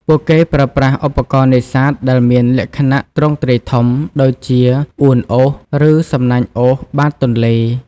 ពួកគេប្រើប្រាស់ឧបករណ៍នេសាទដែលមានលក្ខណៈ ទ្រង់ទ្រាយធំ ដូចជា អួនអូស ឬសំណាញ់អូសបាតទន្លេ។